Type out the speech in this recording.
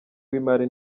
w’imari